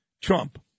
Trump